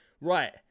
right